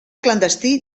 clandestí